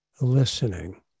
listening